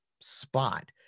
spot